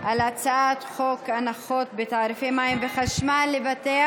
על הצעת חוק הנחות בתעריפי מים וחשמל לבתי